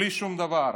בלי שום דבר.